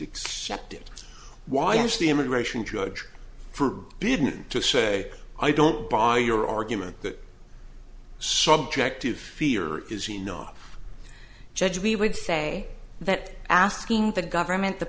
accept it why is the immigration judge for didn't to say i don't buy your argument that subject to fear is enough judge we would say that asking the government the